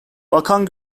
bakan